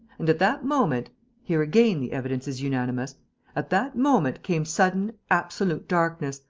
and, at that moment here again the evidence is unanimous at that moment came sudden, absolute darkness,